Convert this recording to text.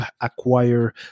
acquire